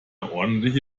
ordentliche